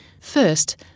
First